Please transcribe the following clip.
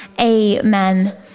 Amen